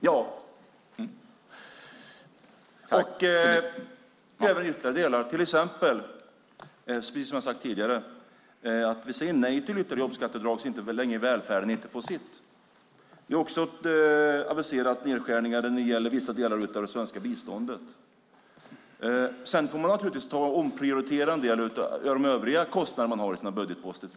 Herr talman! Ja! Det gäller även ytterligare delar, till exempel, som vi har sagt tidigare, att vi säger nej till ytterligare jobbskatteavdrag så länge välfärden inte får sitt. Vi har också aviserat nedskärningar i vissa delar av det svenska biståndet. Man får naturligtvis omprioritera en del övriga kostnader bland budgetposterna.